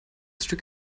stück